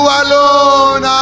alone